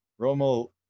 Romo